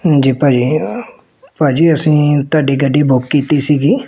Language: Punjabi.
ਹਾਂਜੀ ਭਾਅ ਜੀ ਭਾਅ ਜੀ ਅਸੀਂ ਤੁਹਾਡੀ ਗੱਡੀ ਬੁੱਕ ਕੀਤੀ ਸੀਗੀ